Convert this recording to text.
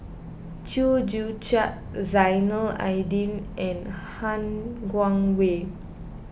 Chew Joo Chiat Zainal Abidin and Han Guangwei